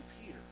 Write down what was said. Peter